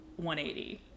180